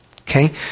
Okay